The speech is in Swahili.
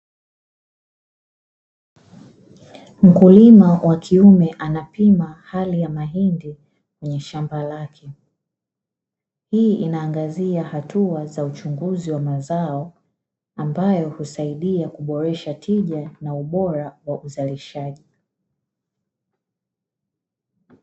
Mkulima wa kiume anapima hali ya mahindi kwenye shamba lake, hii ina angazia hatua za uchunguzi wa mazao ambayo husaidia kuboresha tija na ubora wa uzalishaji.